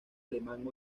alemán